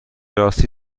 راستی